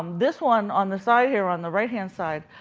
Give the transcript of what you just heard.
this one on the side here, on the right-hand side,